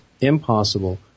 impossible